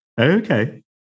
Okay